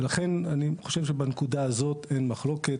ולכן אני חושב שבנקודה הזאת אין מחלוקת.